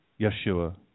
Yeshua